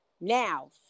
Now